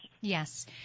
Yes